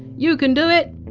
you can do it!